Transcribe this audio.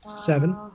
Seven